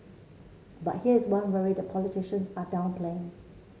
but here's one worry the politicians are downplaying